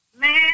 Man